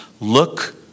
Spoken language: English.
look